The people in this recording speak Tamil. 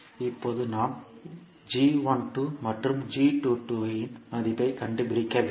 இப்போது நாம் மற்றும் இன் மதிப்பைக் கண்டுபிடிக்க வேண்டும்